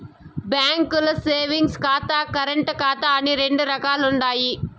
బాంకీల్ల సేవింగ్స్ ఖాతా, కరెంటు ఖాతా అని రెండు రకాలుండాయి